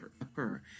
occur